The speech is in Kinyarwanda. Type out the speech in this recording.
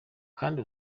kandi